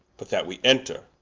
but that we enter,